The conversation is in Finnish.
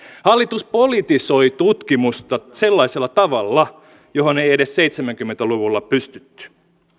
hallitus politisoi tutkimusta sellaisella tavalla johon ei edes seitsemänkymmentä luvulla pystytty